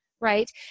Right